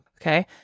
Okay